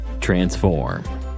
Transform